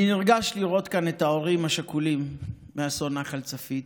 אני נרגש לראות כאן את ההורים השכולים מאסון נחל צפית,